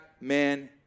man